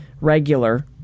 regular